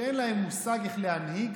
שאין להם מושג איך להנהיג,